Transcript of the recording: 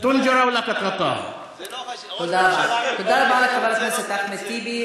סיר שמצא את מכסהו,